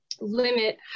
limit